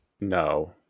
no